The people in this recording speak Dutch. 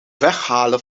weghalen